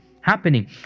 happening